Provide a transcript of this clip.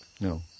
no